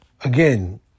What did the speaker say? again